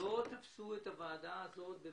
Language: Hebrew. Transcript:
המציאות היא